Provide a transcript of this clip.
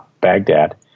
Baghdad